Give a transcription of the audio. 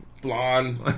Blonde